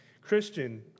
Christian